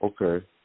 Okay